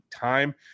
time